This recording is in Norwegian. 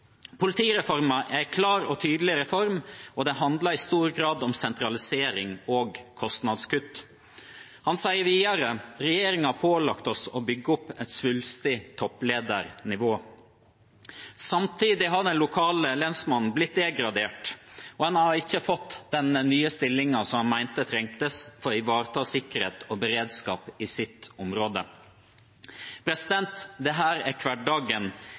er en klar og tydelig reform, og den handler i stor grad om sentralisering og kostnadskutt.» Han sa videre: «Regjeringen har pålagt oss å bygge opp et svulstig toppledernivå.» Samtidig har den lokale lensmannen blitt degradert, og han har ikke fått den nye stillingen som han mente trengtes for å ivareta sikkerhet og beredskap i sitt område. Dette er hverdagen